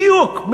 בדיוק.